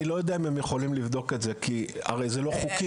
אני לא יודע אם הם יכולים לבדוק את זה כי זה הרי לא חוקי.